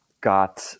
got